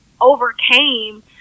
overcame